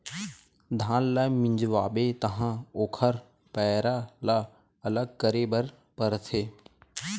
धान ल मिंजवाबे तहाँ ओखर पैरा ल अलग करे बर परथे